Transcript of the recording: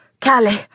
Callie